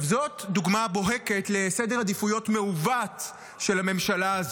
זאת דוגמה בוהקת לסדר עדיפויות מעוות של הממשלה הזאת,